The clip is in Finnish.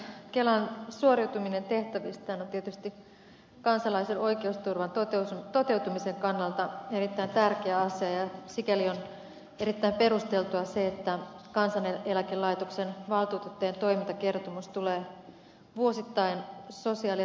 kelan suoriutuminen tehtävistään on tietysti kansalaisen oikeusturvan toteutumisen kannalta erittäin tärkeä asia ja sikäli on erittäin perusteltua se että kansaneläkelaitoksen valtuutettujen toimintakertomus tulee vuosittain sosiaali ja terveysvaliokuntaan